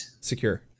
secure